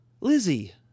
Lizzie